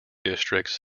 districts